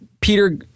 Peter